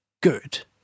good